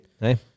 Hey